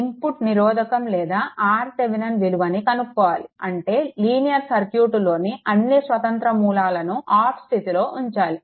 input నిరోధకం లేదా RThevenin విలువను కనుక్కోవాలి అంటే లీనియర్ సర్క్యూట్లోని అన్నీ స్వతంత్ర మూలాలను ఆఫ్ స్థితిలో ఉంచాలి